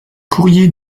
courrier